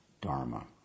dharma